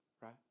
right